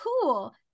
cool